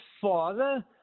father